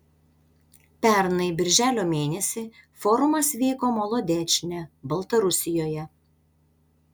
pernai birželio mėnesį forumas vyko molodečne baltarusijoje